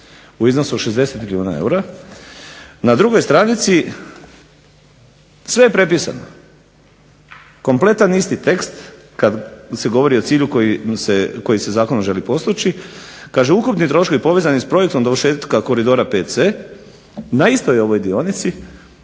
u iznosu 60 milijuna eura, na drugoj stranici, sve prepisano, kompletan isti tekst kada se govori o cilju koji se zakonom želi postići, kaže "ukupni troškovi povezani s projektom dovršetka koridora VC na istoj ovoj dionici,